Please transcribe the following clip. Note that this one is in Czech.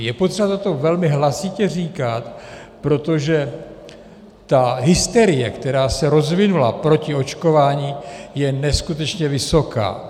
Je potřeba toto velmi hlasitě říkat, protože ta hysterie, která se rozvinula proti očkování, je neskutečně vysoká.